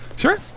sure